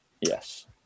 Yes